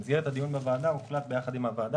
במסגרת הדיון בוועדה הוחלט יחד עם הוועדה